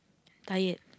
tired